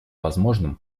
возможным